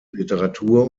literatur